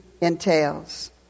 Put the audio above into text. entails